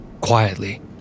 Quietly